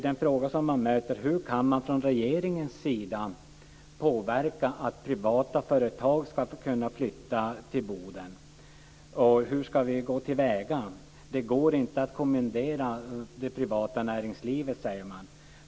Den fråga som jag möter är hur man från regeringens sida kan påverka så att privata företag kan flytta till Boden, hur man då ska gå till väga. Det går inte att kommendera det privata näringslivet, säger man.